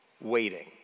Waiting